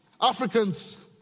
Africans